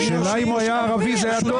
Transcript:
השאלה אם הוא היה ערבי זה היה טוב.